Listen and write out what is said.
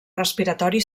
respiratori